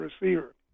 receiver